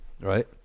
right